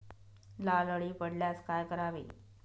लाल अळी पडल्यास काय करावे?